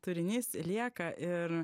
turinys lieka ir